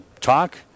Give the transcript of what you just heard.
talk